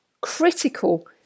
critical